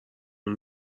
اون